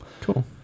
Cool